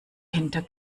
hinter